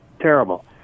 Terrible